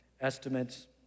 estimates